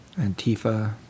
Antifa